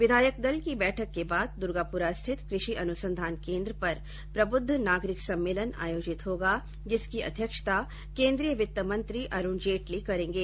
विधायक दल की बैठक के बाद दुर्गापुरा स्थित कृषि अनुसंधान केंद्र पर प्रबुद्ध नागरिक सम्मेलन आयोजित होगा जिसकी अध्यक्षता केन्द्रीय वित्त मंत्री अरूण जेटली करेंगे